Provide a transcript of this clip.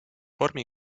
vormi